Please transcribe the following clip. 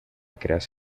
creas